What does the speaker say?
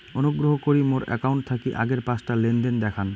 অনুগ্রহ করি মোর অ্যাকাউন্ট থাকি আগের পাঁচটা লেনদেন দেখান